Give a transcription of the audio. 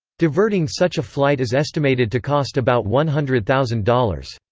diverting such a flight is estimated to cost about one hundred thousand dollars.